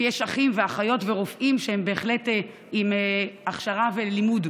שיש אחים ואחיות ורופאים שהם בהחלט עם הכשרה ולימוד,